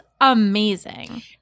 amazing